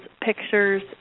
pictures